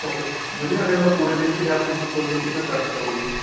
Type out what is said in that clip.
okay भैया अगर मैं पूरे दिन के लिए आपको बुक करूं तो आप कितना चार्ज करोगे